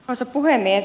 arvoisa puhemies